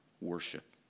worship